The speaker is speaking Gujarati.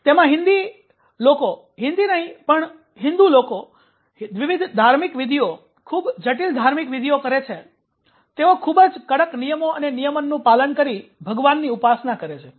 તેમાં હિન્દી લોકો હિન્દી નહીં પણ હિન્દુ લોકો વિવિધ ધાર્મિક વિધિઓ ખૂબ જટિલ ધાર્મિક વિધિઓ કરે છે તેઓ ખૂબ જ કડક નિયમો અને નિયમનનું પાલન કરી ભગવાનની ઉપાસના કરે છે